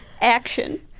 action